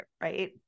right